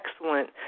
excellent